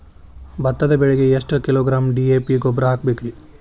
ಭತ್ತದ ಬೆಳಿಗೆ ಎಷ್ಟ ಕಿಲೋಗ್ರಾಂ ಡಿ.ಎ.ಪಿ ಗೊಬ್ಬರ ಹಾಕ್ಬೇಕ?